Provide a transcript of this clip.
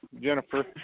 Jennifer